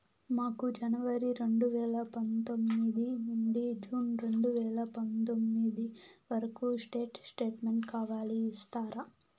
మాకు జనవరి రెండు వేల పందొమ్మిది నుండి జూన్ రెండు వేల పందొమ్మిది వరకు స్టేట్ స్టేట్మెంట్ కావాలి ఇస్తారా